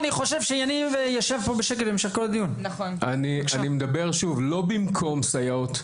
שוב, לא במקום סייעות.